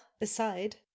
aside